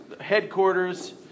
headquarters